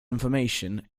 information